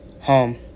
home